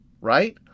right